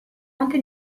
anche